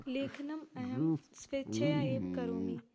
लेखनम् अहं स्वेच्छया एव करोमि